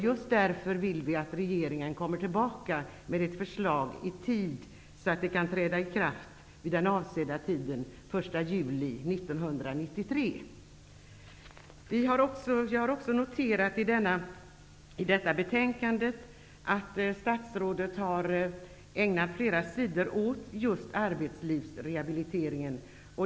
Just därför vill vi att regeringen återkommer med ett förslag i tid så, att det kan träda i kraft vid avsedd tidpunkt, den 1 juli 1993. I detta betänkande ägnar statsrådet flera sidor åt just arbetslivsrehabiliteringen.